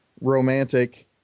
romantic